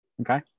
Okay